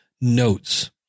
notes